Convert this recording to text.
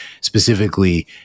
specifically